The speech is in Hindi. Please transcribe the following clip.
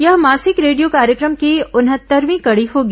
यह मासिक रेडियो कार्यक्रम की उनहत्तरवीं कड़ी होगी